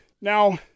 now